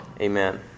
Amen